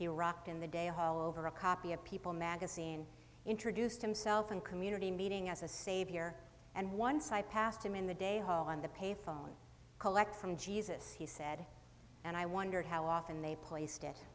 iraq in the day all over a copy of people magazine introduced himself and community meeting as a savior and one side passed him in the day hall on the pay phone collect from jesus he said and i wondered how often they placed it